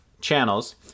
channels